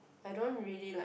I don't really like